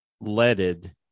leaded